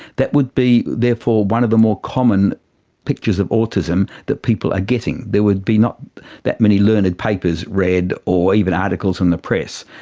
that would be therefore one of the more common pictures of autism that people are getting. there would be not that many learned and papers read or even articles in the press.